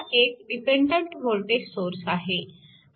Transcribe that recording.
आणि हा एक डिपेन्डन्ट वोल्टेज सोर्स आहे